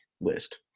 list